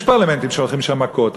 יש פרלמנטים שהולכים שם מכות,